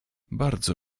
bardzo